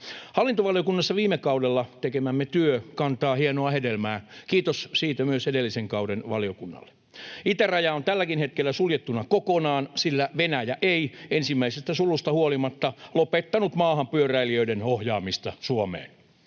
Hallintovaliokunnassa viime kaudella tekemämme työ kantaa hienoa hedelmää, kiitos siitä myös edellisen kauden valiokunnalle. Itäraja on tälläkin hetkellä suljettuna kokonaan, sillä Venäjä ei ensimmäisestä sulusta huolimatta lopettanut maahan pyöräilijöiden ohjaamista Suomeen.